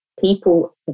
people